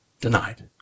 denied